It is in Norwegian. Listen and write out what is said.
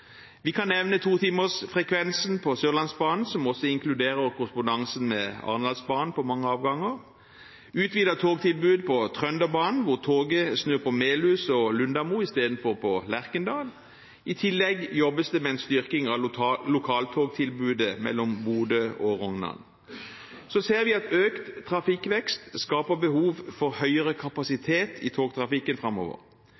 Vi kan nevne totimersfrekvensen på Sørlandsbanen – som på mange avganger også inkluderer korrespondansen med Arendalsbanen – og utvidet togtilbud på Trønderbanen, hvor toget snur på Melhus og Lundamo istedenfor på Lerkendal. I tillegg jobbes det med en styrking av lokaltogtilbudet mellom Bodø og Rognan. Så ser vi at økt trafikkvekst skaper behov for høyere kapasitet i togtrafikken framover.